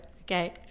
Okay